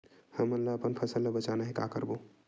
हमन ला अपन फसल ला बचाना हे का करबो?